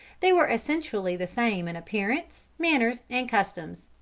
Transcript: they were essentially the same in appearance, manners and customs.